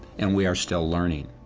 and we are still learning.